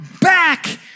back